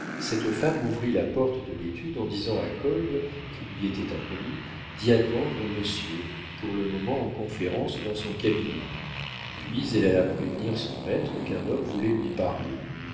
cette femme ouvrit la porte de l'étude en disant à kolb qui lui était inconnu d'y attendre monsieur pour le moment en conférence dans son cabinet puis elle alla prévenir son maître qu'un homme voulait lui parler